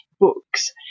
books